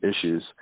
issues